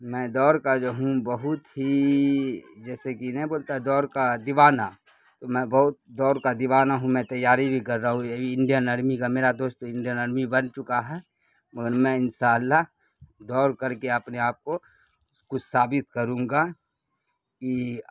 میں دوڑ کا جو ہوں بہت ہی جیسے کہ نہیں بولتا دوڑ کا دیوانہ تو میں بہت دوڑ کا دیوانہ ہوں میں تیاری بھی کر رہا ہوں انڈین آرمی کا میرا دوست تو انڈین آرمی بن چکا ہے مگر میں ان شاء اللہ دوڑ کر کے اپنے آپ کو کچھ ثابت کروں گا کہ